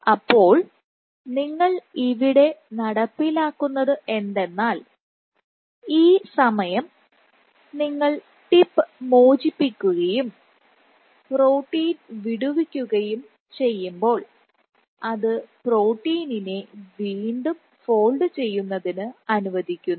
അപ്പോൾ നിങ്ങൾ ഇവിടെ നടപ്പിലാക്കുന്നത് എന്തെന്നാൽ ഈ സമയം നിങ്ങൾ ടിപ്പ് മോചിപ്പിക്കുകയും പ്രോട്ടീൻ വിടുവിക്കുകയും ചെയ്യുമ്പോൾ അത് പ്രോട്ടീനിനെ വീണ്ടും ഫോൾഡ് ചെയ്യുന്നതിന് അനുവദിക്കുന്നു